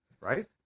Right